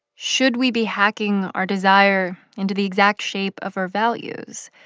should we be hacking our desire into the exact shape of our values?